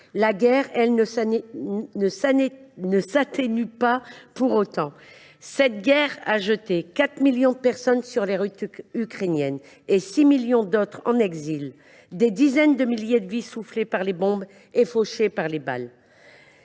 la guerre, elle, ne s’atténue pas pour autant. Cette guerre a jeté 4 millions de personnes sur les routes ukrainiennes, et 6 millions d’autres personnes dans l’exil. Des dizaines de milliers de vies ont été soufflées par les bombes et fauchées par les balles.